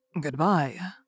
Goodbye